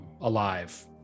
alive